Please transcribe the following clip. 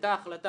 הייתה החלטה